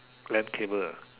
land cable